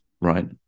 right